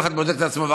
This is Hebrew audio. כל אחד בודק את עצמו,